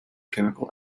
chemical